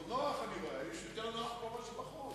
הוא נוח, אני רואה, הייאוש יותר נוח פה מאשר בחוץ.